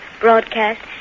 broadcast